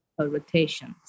Rotations